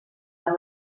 amb